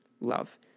love